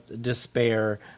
despair